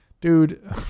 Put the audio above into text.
dude